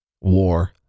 war